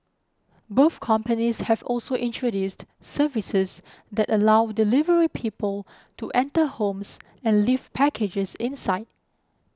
both companies have also introduced services that allow delivery people to enter homes and leave packages inside